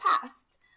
past